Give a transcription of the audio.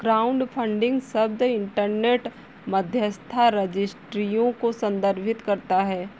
crowdfunding शब्द internet मध्यस्थता रजिस्ट्रियों को संदर्भित करता है